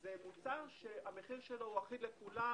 זה מוצר שהמחיר שלו הוא אחיד לכולם,